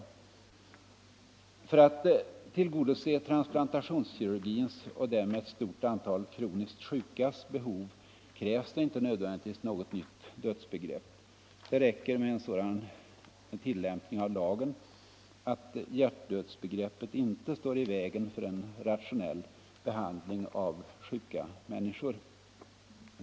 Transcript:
Men för att tillgodose transplantationskirurgins — och därmed ett stort antal kroniskt sjukas — behov krävs det inte nödvändigtvis något nytt dödsbegrepp. Det räcker med en sådan tillämpning av lagen att hjärtdödsbegreppet inte står i vägen för en rationell behandling av sjuka människor.